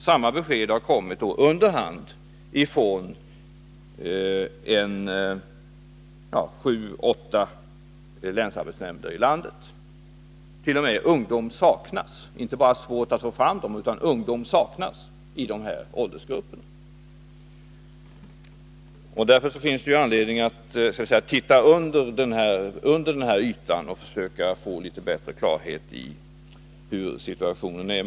Samma besked har kommit under hand från sju åtta länsarbetsnämnder i landet. Man skriver inte bara att det är svårt att få fram ungdomar utant.o.m. att ungdom saknas i dessa åldersgrupper. Därför bör vi så att säga titta under ytan och försöka få litet klarhet i hur situationen är.